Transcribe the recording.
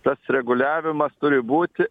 tas reguliavimas turi būti